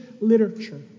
literature